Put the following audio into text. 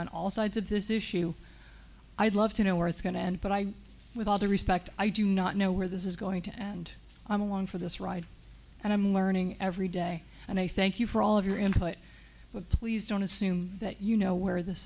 on all sides of this issue i'd love to know where it's going to end but i with all due respect i do not know where this is going to and i'm along for this ride and i'm learning every day and i thank you for all of your input but please don't assume that you know where this